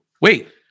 wait